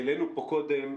העלינו כאן קודם